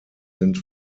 sind